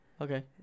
okay